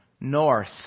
North